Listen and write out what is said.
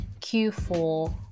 Q4